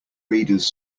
readers